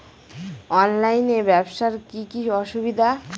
অনলাইনে ব্যবসার কি কি অসুবিধা?